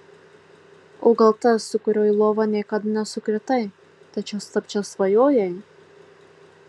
o gal tas su kuriuo į lovą niekada nesukritai tačiau slapčia svajojai